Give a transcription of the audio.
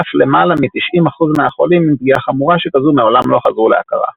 ואף למעלה מ-90% מהחולים עם פגיעה חמורה שכזו מעולם לא חזרו להכרה.